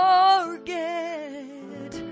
Forget